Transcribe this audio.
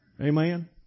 Amen